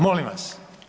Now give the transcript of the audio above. Molim vas.